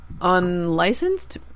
unlicensed